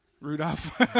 Rudolph